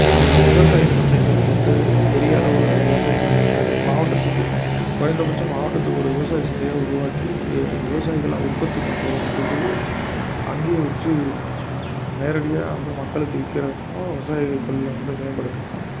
அல்லது ஒரு விவசாய சந்தை மாதிரி போட்டு பெரிய அளவில் விவசாய சந்தை மாதிரி மாவட்டத்துக்கு குறைந்தபட்சம் மாவட்டத்துக்கு ஒரு விவசாய சந்தையாக உருவாக்கி விவசாயிகள்லாம் உற்பத்தி பண்ணுறது கொண்டு போய் அங்கேயே வச்சு நேரடியாக வந்து மக்களுக்கு விற்கிற பணம் விவசாய தொழிலை வந்து மேம்படுத்தலாம்